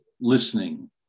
listening